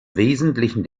wesentlichen